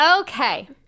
Okay